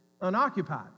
unoccupied